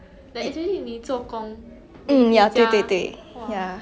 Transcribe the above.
it's like 很多 responsibilities lor it's like